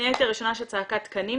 אני הייתה הראשונה שצעקה "תקנים",